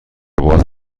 باز